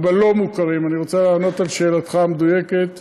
אבל בלא-מוכרים, אני רוצה לענות על שאלתך המדויקת,